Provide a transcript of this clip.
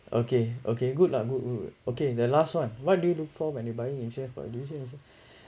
okay okay good lah good good okay the last one what do you look for when you buying insurance for